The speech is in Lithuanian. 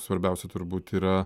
svarbiausia turbūt yra